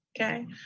okay